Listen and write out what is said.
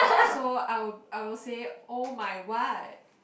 so I will I will say oh my what